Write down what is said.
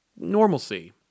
normalcy